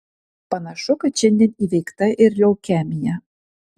panašu kad šiandien įveikta ir leukemija